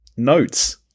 Notes